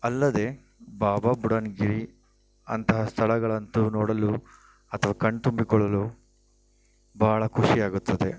ಅಲ್ಲದೆ ಬಾಬ ಬುಡನ್ಗಿರಿ ಅಂತಹ ಸ್ಥಳಗಳಂತು ನೋಡಲು ಅಥವಾ ಕಣ್ಣು ತುಂಬಿಕೊಳ್ಳಲು ಬಹಳ ಖುಷಿಯಾಗುತ್ತದೆ